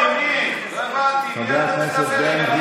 אל מי אתה מדבר?